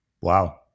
Wow